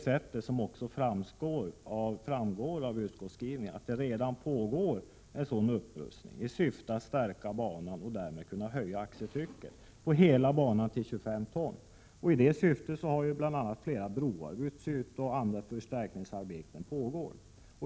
Som framgår av utskottsskrivningen pågår redan en sådan upprustning i syfte att stärka banan och höja axeltrycket på hela banan till 25 ton. I det syftet har flera broar bytts ut, och andra förstärkningsarbeten pågår.